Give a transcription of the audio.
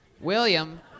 William